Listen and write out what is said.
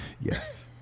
yes